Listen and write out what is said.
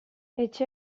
etxe